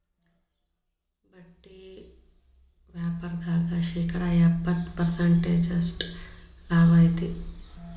ಬಟ್ಟಿ ವ್ಯಾಪಾರ್ದಾಗ ಶೇಕಡ ಎಪ್ಪ್ತತ ಪರ್ಸೆಂಟಿನಷ್ಟ ಲಾಭಾ ಐತಿ